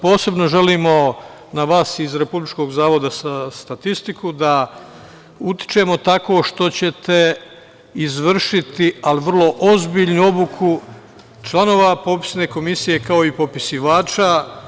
Posebno želimo na vas iz RZZS da utičemo, tako što ćete izvršiti, ali vrlo ozbiljnu obuku članova popisne komisije, kao i popisivača.